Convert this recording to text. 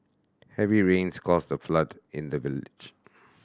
heavy rains caused a flood in the village